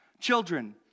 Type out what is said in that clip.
Children